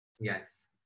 Yes